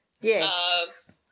Yes